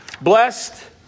Blessed